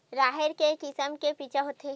राहेर के किसम के बीज होथे?